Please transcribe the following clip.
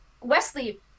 Wesley